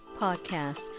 podcast